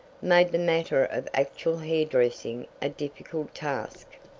made the matter of actual hair-dressing a difficult task.